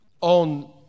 on